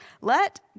let